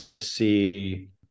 see